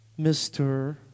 Mr